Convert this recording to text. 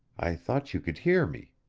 i thought you could hear me.